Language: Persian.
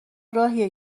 راهیه